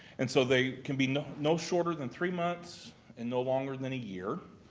and so they can be no no shorter than three months and no longer than a year.